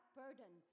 burden